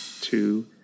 two